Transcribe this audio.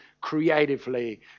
creatively